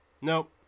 Nope